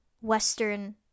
Western